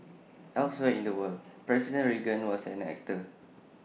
elsewhere in the world president Reagan was an actor